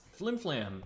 Flimflam